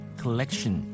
collection